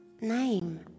name